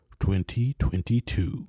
2022